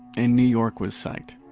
and new york was psyched.